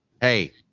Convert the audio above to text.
hey